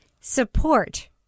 Support